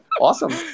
Awesome